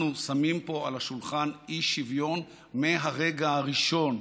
אנחנו שמים פה על השולחן אי-שוויון מהרגע הראשון.